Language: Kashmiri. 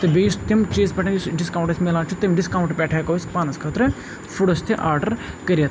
تہٕ بیٚیہِ یُس تمہِ چیٖز پٮ۪ٹھ یُس ڈِسکاوُنٛٹ اسہِ میلان چھِ تمہِ ڈِسکاوُنٛٹہٕ پٮ۪ٹھ ہیٚکو أسۍ پانَس خٲطرٕ فوڈٕس تہِ آرڈَر کٔرِتھ